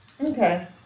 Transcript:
Okay